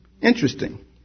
Interesting